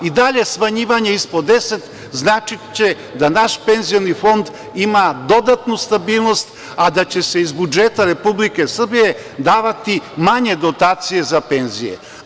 I dalje smanjivanje ispod 10% značiće da naš PIO fond ima dodatnu stabilnost, a da će se iz budžeta Republike Srbije davati manje dotacije za penzije.